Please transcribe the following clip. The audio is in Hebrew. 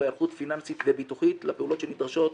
היערכות פיננסית וביטוחית לפעולות שנדרשות